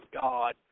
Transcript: God